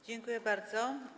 Dziękuję bardzo.